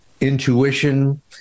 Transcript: intuition